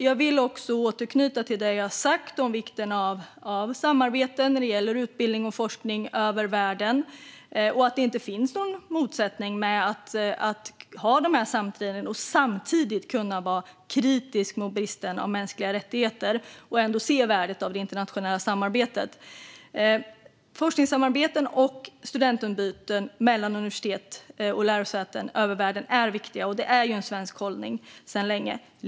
Jag vill också återknyta till vad jag har sagt om vikten av samarbete när det gäller utbildning och forskning över världen och att det inte finns någon motsättning mellan att samtala, att samtidigt vara kritisk mot bristen på mänskliga rättigheter och att ändå se värdet av det internationella samarbetet. Forskningssamarbeten och studentutbyten mellan universitet och lärosäten över världen är viktiga. Det är en svensk hållning sedan länge.